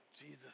Jesus